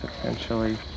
potentially